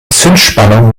zündspannung